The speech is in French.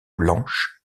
blanche